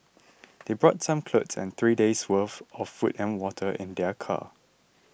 they brought some clothes and three days' worth of food and water in their car